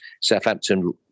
Southampton